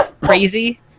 crazy